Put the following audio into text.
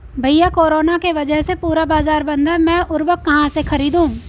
भैया कोरोना के वजह से पूरा बाजार बंद है मैं उर्वक कहां से खरीदू?